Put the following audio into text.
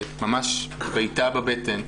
ממש בעיטה בבטן.